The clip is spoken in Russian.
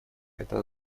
это